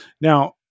Now